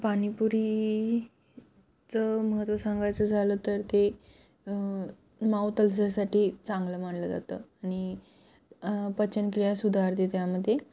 पाणीपुरी चं महत्त्व सांगायचं झालं तर ते मऊ तलसासाठी चांगलं मानलं जातं आणि पचनक्रिया सुधारते त्यामध्ये